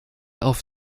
auf